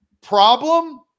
problem